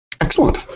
excellent